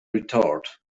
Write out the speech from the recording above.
retort